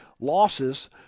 losses